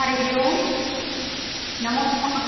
हरिः ओम् नमो नमः